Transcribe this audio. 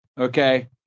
Okay